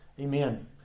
Amen